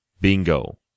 Bingo